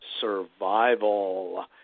survival